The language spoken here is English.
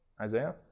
Isaiah